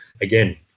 again